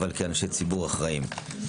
אבל כאנשי ציבור אחראיים.